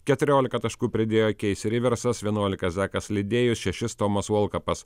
keturiolika taškų pridėjo keisi riversas vienuolika zakas lidėjus šešis tomas volkapas